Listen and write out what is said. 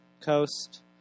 coast